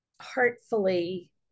heartfully